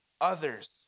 others